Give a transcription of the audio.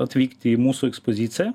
atvykti į mūsų ekspoziciją